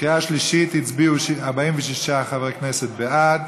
בקריאה שלישית הצביעו 46 חברי כנסת בעד,